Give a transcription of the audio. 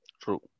true